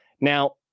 Now